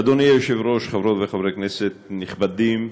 אדוני היושב-ראש, חברות וחברי כנסת נכבדים,